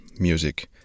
music